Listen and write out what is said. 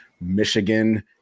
Michigan